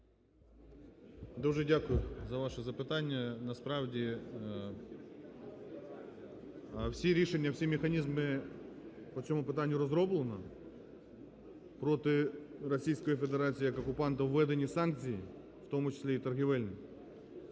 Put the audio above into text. Дуже дякую за ваше запитання. Насправді всі рішення, всі механізми по цьому питанню розроблено. Проти Російської Федерація як окупанта введені санкції, в тому числі і торговельні.